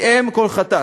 היא אם כל חטאת,